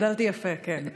גדלתי יפה, כן.